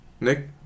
Nick